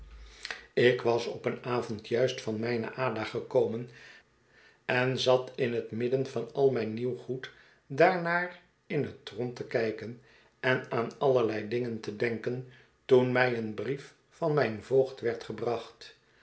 ik was op een avond juist van mijne ada gekomen en zat in het midden van al mijn nieuw goed daarnaar in het rond te kijken en aan allerlei dingen te denken toen mij een brief van mijn voogd werd gebracht